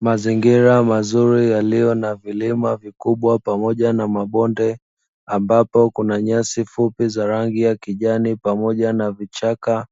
Mazingira mazuri yaliyo na vilima vikubwa pamoja na mabonde, ambapo kuna nyasi fupi za rangi ya kijani pamoja na vichaka.